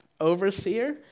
overseer